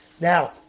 Now